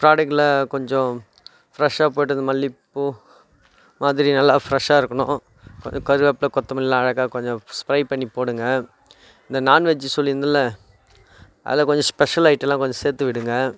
ப்ரோடக்ட்லாம் கொஞ்சம் ஃப்ரெஷ்ஷாக போட்டது மல்லிப்பூ மாதிரி நல்லா ஃப்ரெஷ்ஷாக இருக்கணும் அப்புறம் கருவேப்பிலை கொத்தமல்லிலாம் அழகாக கொஞ்சம் ஸ்ப்ரை பண்ணி போடுங்கள் இந்த நான்வெஜ்ஜு சொல்லியிருந்தேன்ல அதில் கொஞ்சம் ஸ்பெஷல் ஐட்டம்லாம் கொஞ்சம் சேர்த்து விடுங்கள்